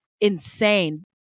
insane